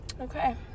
okay